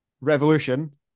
Revolution